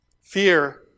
Fear